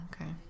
Okay